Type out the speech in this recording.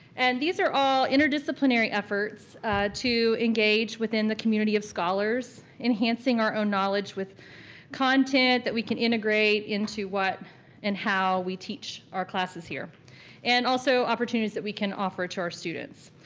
and these are all interdisciplinary efforts to engage within the community of scholars, enhancing our own knowledge with content that we can integrate into what and how we teach our classes here and also opportunities that we can offer to our students.